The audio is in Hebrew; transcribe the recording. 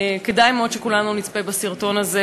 כדאי מאוד שכולנו נצפה בסרטון הזה